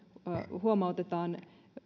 huomautetaan